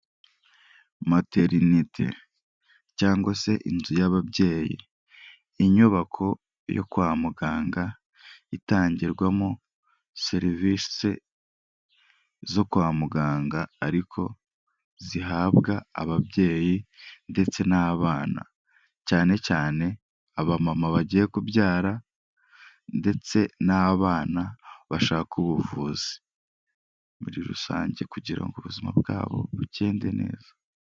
Materiniti cyangwa se inzu y'ababyeyi. Inyubako yo kwa muganga itangirwamo serivisi zo kwa muganga ariko zihabwa ababyeyi ndetse n'abana cyane cyane aba mama bagiye kubyara ndetse n'abana bashaka ubuvuzi muri rusange kugira ngo ubuzima bwabo bugende neza.